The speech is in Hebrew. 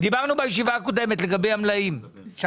בישיבה הקודמת דיברנו לגבי המלאים ואמרנו